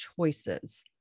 choices